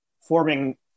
forming